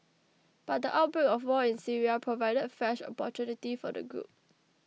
but the outbreak of wars in Syria provided fresh opportunity for the group